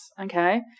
okay